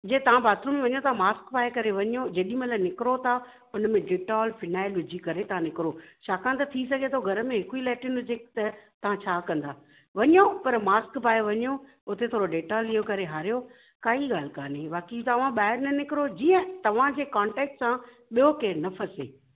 जीअं तव्हां बाथरूम में वञो था मास्क पाए करे वञो जेॾीमहिल निकिरो था उन में डिटॉल फिनाइल विझी करे तव्हां निकिरो छाकाणि त थी सघे थो घर में हिक ई लेट्रिन हुजे त तव्हां छा कंदा वञो पर मास्क पाए वञो उते थोरो डेटॉल इहो करे हारियो काई गाल्हि कान्हे बाक़ी तव्हां ॿाहिरि न निकिरो जीअं तव्हांजे कॉन्टेक्ट सां ॿियो केरु न फसे